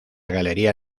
galería